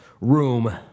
room